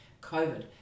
COVID